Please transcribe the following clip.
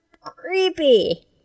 creepy